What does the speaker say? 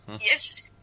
Yes